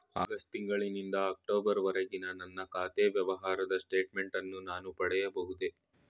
August ತಿಂಗಳು ನಿಂದ October ವರೆಗಿನ ನನ್ನ ಖಾತೆ ವ್ಯವಹಾರದ ಸ್ಟೇಟ್ಮೆಂಟನ್ನು ನಾನು ಪಡೆಯಬಹುದೇ?